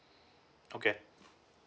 okay